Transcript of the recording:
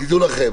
תדעו לכם,